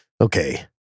Okay